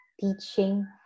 teaching